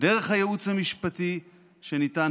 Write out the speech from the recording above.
דרך הייעוץ המשפטי שניתן,